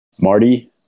Marty